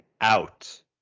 out